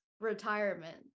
retirement